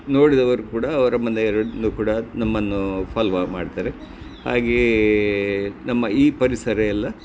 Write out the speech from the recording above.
ನೋಡಿದವರು ಕೂಡ ಅವರ ಮನೆಯರನ್ನು ಕೂಡ ನಮ್ಮನ್ನು ಫಾಲ್ವಾ ಮಾಡ್ತಾರೆ ಹಾಗೆಯೇ ನಮ್ಮ ಈ ಪರಿಸರವೆಲ್ಲ